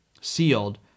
sealed